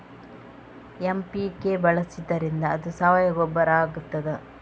MPK ಬಳಸಿದ್ದರಿಂದ ಅದು ಸಾವಯವ ಗೊಬ್ಬರ ಆಗ್ತದ?